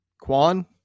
kwan